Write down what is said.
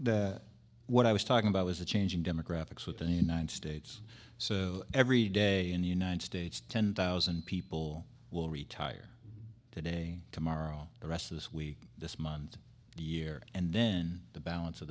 that what i was talking about was the changing demographics within the united states so every day in the united states ten thousand people will retire today tomorrow the rest of this week this month year and then the balance of